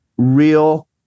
real